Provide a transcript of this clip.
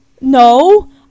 no